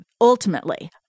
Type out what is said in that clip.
ultimately